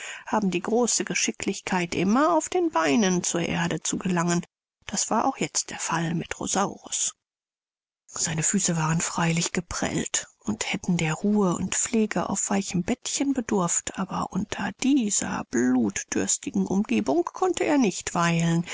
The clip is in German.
haben die große geschicklichkeit immer auf den beinen zur erde zu gelangen das war auch jetzt der fall mit rosaurus seine füße waren freilich geprellt und hätten der ruhe und pflege auf weichem bettchen bedurft aber unter dieser blutdürstigen umgebung konnte er nicht weilen